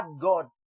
God